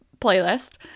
playlist